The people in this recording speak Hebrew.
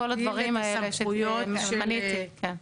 לכל הדברים האלה שמניתי, כן.